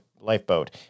lifeboat